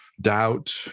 doubt